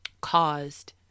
caused